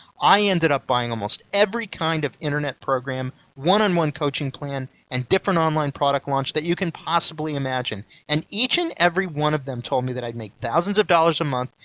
i ended up buying almost every kind of internet program, one on one coaching plan and different online product launch that you can possibly imagine and each and every one of them told me that i'd make thousands of dollars per month,